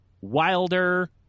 wilder